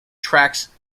trax